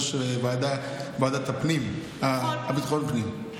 כשמירב הייתה יושבת-ראש הוועדה לביטחון פנים,